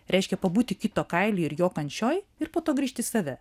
reiškia pabūti kito kaily ir jo kančioj ir po to grįžti į save